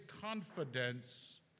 confidence